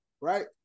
right